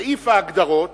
בסעיף ההגדרות